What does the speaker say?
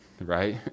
right